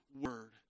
Word